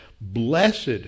Blessed